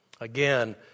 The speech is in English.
Again